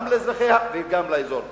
גם לאזרחיה וגם לאזור כולו.